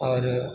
आओर